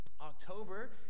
October